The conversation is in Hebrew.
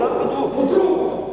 פוטרו.